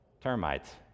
Termites